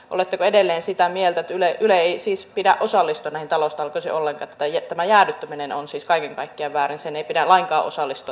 oletteko edelleen sitä mieltä että ylen ei siis pidä osallistua näihin taloustalkoisiin ollenkaan että tämä jäädyttäminen on siis kaiken kaikkiaan väärin sen ei pidä lainkaan osallistua näihin taloustalkoisiin